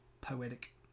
poetic